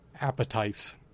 appetites